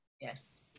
Yes